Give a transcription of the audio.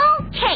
Okay